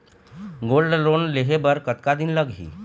Gold loan लेहे बर कतका दिन लगही?